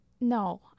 No